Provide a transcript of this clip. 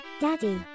daddy